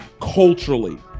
culturally